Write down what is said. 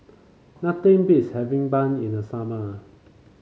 nothing beats having bun in the summer